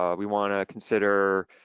um we wanna consider